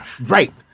Right